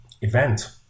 event